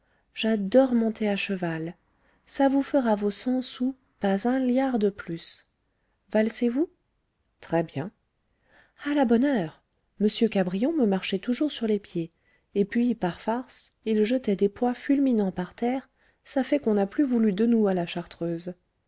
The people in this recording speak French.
j'adore monter à cheval ça vous fera vos cent sous pas un liard de plus valsez vous très-bien à la bonne heure m cabrion me marchait toujours sur les pieds et puis par farce il jetait des pois fulminants par terre ça fait qu'on n'a plus voulu de nous à la chartreuse